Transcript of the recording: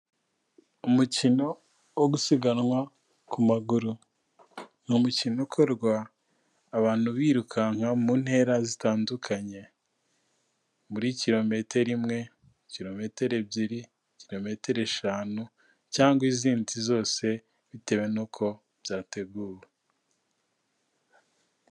Umukino wo gusiganwa ku maguru, ni umukino ukorwa abantu birukanka mu ntera zitandukanye, muri kilometero imwe, kilometero ebyiri, kilometero eshanu cyangwa izindi zose bitewe n'uko byateguwe.